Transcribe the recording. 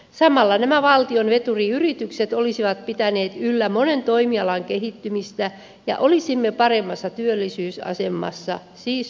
samalla nämä valtion veturiyritykset olisivat pitäneet yllä monen toimialan kehittymistä ja olisimme paremmassa työllisyysasemassa siis viisaasti toimien